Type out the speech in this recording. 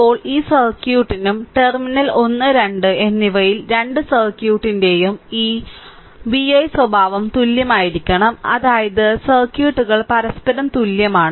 ഇപ്പോൾ ഈ സർക്യൂട്ടിനും ടെർമിനൽ ഒന്ന് രണ്ട് എന്നിവയിൽ രണ്ട് സർക്യൂട്ടിന്റെയും ഈ vi സ്വഭാവം തുല്യമായിരിക്കണം അതായത് സർക്യൂട്ടുകൾ പരസ്പരം തുല്യമാണ്